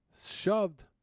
shoved